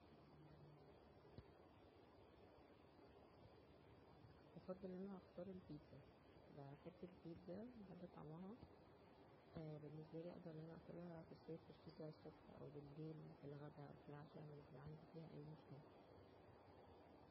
افضل ان انا هختار البيتزا, بحب البينزا وبحب طعمها, بالنسبالى قدر اكلها فى صيف فى شتا ,الصبح او بليل, فى الغدا, او فى العشا, مش بيبقى عندى فيها اى مشكلة